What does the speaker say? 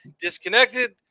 disconnected